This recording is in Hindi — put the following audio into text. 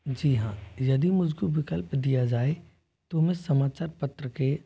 जी हाँ यदि मुझको विकल्प दिया जाए तो मैं समाचार पत्र के